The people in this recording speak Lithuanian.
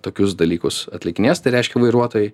tokius dalykus atlikinės tai reiškia vairuotojai